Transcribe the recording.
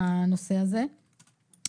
והנושא הזה הוא חשוב מאוד.